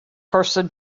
person